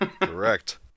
Correct